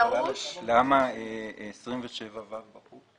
למה סעיף 27(ו) בחוץ.